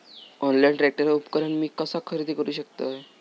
Online tractor उपकरण मी कसा खरेदी करू शकतय?